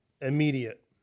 immediate